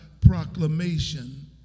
proclamation